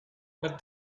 but